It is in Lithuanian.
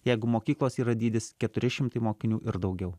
jeigu mokyklos yra dydis keturi šimtai mokinių ir daugiau